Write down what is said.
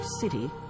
City